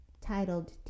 titled